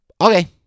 okay